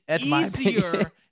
easier